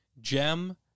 gem